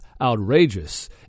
outrageous